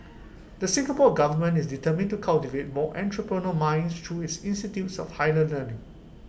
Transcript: the Singapore Government is determined to cultivate more entrepreneur minds through its institutes of higher learning